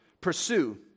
Pursue